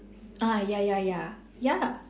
ah ya ya ya ya